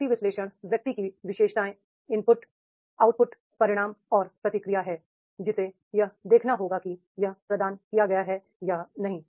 personal analysis व्यक्ति की विशेषताएं इनपुट आउटपुट परिणाम और प्रतिक्रिया है जिसे यह देखना होगा कि यह प्रदान किया गया है या नहीं